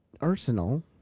Arsenal